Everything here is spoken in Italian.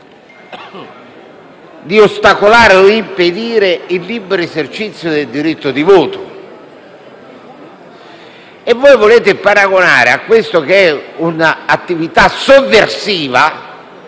di ostacolare o impedire il libero esercizio del diritto di voto. E voi volete paragonare questa, che è un'attività addirittura